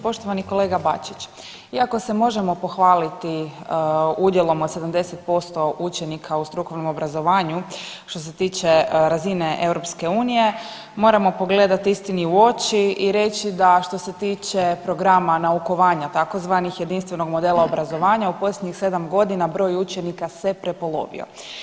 Poštovani kolega Bačić, iako se možemo pohvaliti udjelom od 70% učenika u strukovnom obrazovanju što se tiče razine EU moramo pogledati istini u oči i reći da što se tiče programa naukovanja tzv. jedinstvenog modela obrazovanja, u posljednjih 7.g. broj učenika se prepolovio.